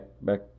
back